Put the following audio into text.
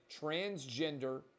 transgender